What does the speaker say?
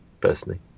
personally